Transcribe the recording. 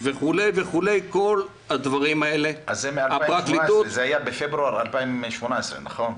וכולי וכולי -- זה היה בפברואר 2018, נכון?